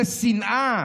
זאת שנאה.